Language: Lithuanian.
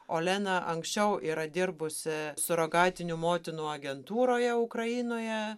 olena anksčiau yra dirbusi surogatinių motinų agentūroje ukrainoje